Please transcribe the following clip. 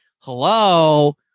hello